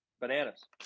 bananas